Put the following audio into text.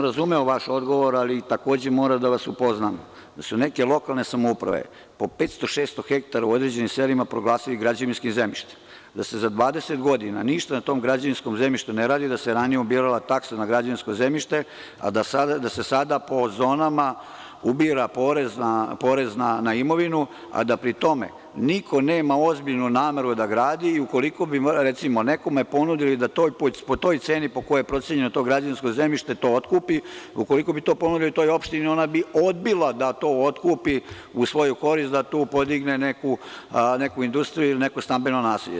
Razumeo sam vaš odgovor, ali takođe moram da vas upoznam da su neke lokalne samouprave po 500-600 hektara u određenim selima proglasili građevinskim zemljištem, da se za 20 godina ništa na tom građevinskom zemljištu ne radi, da se ranije ubirala taksa na građevinsko zemljište, a da se sada po zonama ubira porez na imovinu, a da pri tome niko nema ozbiljnu nameru da gradi i ukoliko bi, recimo, nekome ponudili da po toj ceni po kojoj je procenjeno to građevinsko zemljište to otkupi, ukoliko bi to ponudili toj opštini, ona bi odbila da to otkupi u svoju korist, da tu podigne neku industriju ili neko stambeno naselje.